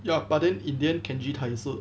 ya but then in the end kenji tie 一次